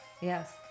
Yes